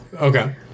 Okay